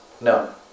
No